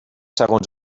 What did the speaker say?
segons